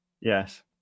yes